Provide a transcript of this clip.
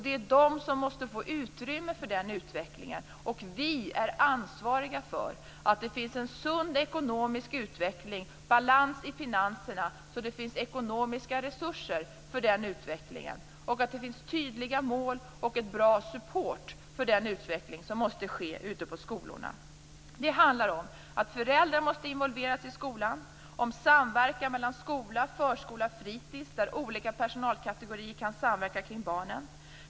Det är de som måste få utrymme för den utvecklingen. Vi är ansvariga för att det finns en sund ekonomi och balans i finanserna så att det finns ekonomiska resurser för den utvecklingen. Vi är också ansvariga för att det finns tydliga mål och en bra support för den utveckling som måste ske ute på skolorna. Föräldrar måste involveras i skolan. Det handlar om samarbete mellan skola, förskola och fritis där olika personalkategorier kan samverka kring barnen.